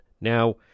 now